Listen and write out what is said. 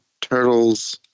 Turtles